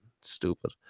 stupid